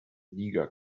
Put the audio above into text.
niger